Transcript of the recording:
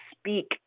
speak